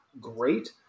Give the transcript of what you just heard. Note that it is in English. great